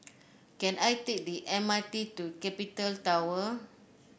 can I take the M R T to Capital Tower